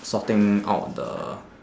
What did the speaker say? sorting out the